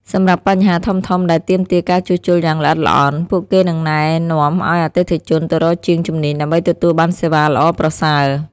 សម្រាប់បញ្ហាធំៗដែលទាមទារការជួសជុលយ៉ាងល្អិតល្អន់ ពួកគេនឹងណែនាំឱ្យអតិថិជនទៅរកជាងជំនាញដើម្បីទទួលបានសេវាល្អប្រសើរ។